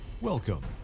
Welcome